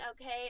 okay